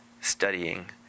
studying